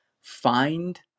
find